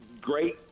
great